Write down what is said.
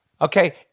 Okay